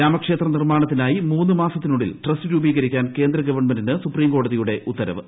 രാമക്ഷേത്ര നിർമ്മാണത്തിനായി മൂന്ന് മാസത്തിനുള്ളിൽ ട്രസ്റ്റ് രൂപീകരിക്കാൻ കേന്ദ്ര ഗവൺമെന്റിന് സുപ്രീംകോടതിയുടെ ഉത്തരവ്